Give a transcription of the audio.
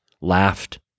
laughed